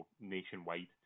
nationwide